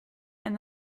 and